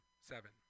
seven